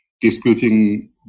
disputing